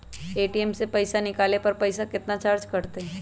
ATM से पईसा निकाले पर पईसा केतना चार्ज कटतई?